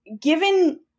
given